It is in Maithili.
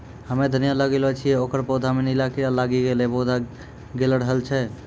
हम्मे धनिया लगैलो छियै ओकर पौधा मे नीला कीड़ा लागी गैलै पौधा गैलरहल छै?